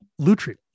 Lutri